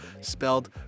spelled